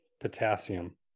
Potassium